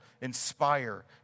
inspire